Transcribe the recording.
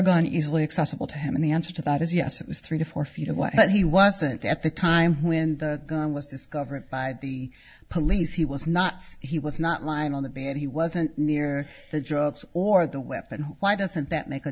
gone easily accessible to him and the answer to that is yes it was three to four feet away but he wasn't at the time when the gun was discovered by the police he was not he was not lying on the bed he wasn't near the drugs or the weapon why doesn't that make a